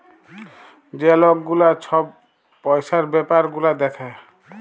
যে লক গুলা ছব পইসার ব্যাপার গুলা দ্যাখে